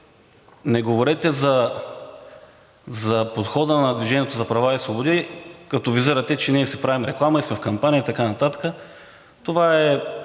не говорете за подхода на „Движение за права и свободи“, като визирате, че ние си правим реклама и сме в кампания и така нататък. Това